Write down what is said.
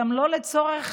גם לא באמת לצורך